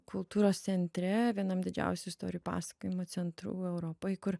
kultūros centre vienam didžiausių istorijų pasakojimo centrų europoj kur